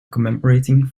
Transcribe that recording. commemorating